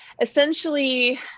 essentially